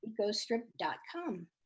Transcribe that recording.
ecostrip.com